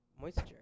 moisture